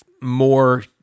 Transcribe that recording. more